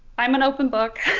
i'm an open book,